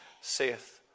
saith